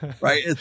Right